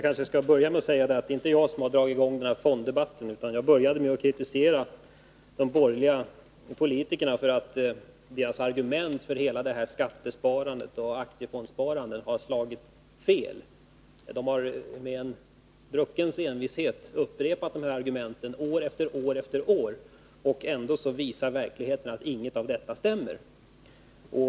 Herr talman! Det är inte jag som har dragit i gång fonddebatten. Jag började med att kritisera de borgerliga politikerna för att deras argument för införandet av skattesparandet och aktiefondssparandet har slagit fel. De har med en druckens envishet upprepat argumenten år efter år, trots att verkligheten visar att de inte håller.